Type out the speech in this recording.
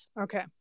Okay